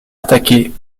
attaqués